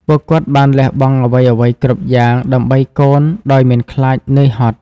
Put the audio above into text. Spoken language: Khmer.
ពួកគាត់បានលះបង់អ្វីៗគ្រប់យ៉ាង ដើម្បីកូនដោយមិនខ្លាចនឿយហត់។